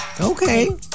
Okay